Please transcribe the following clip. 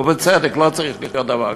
ובצדק, לא צריך להיות דבר כזה.